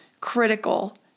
critical